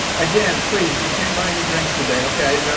again please you can't buy me drinks today ok,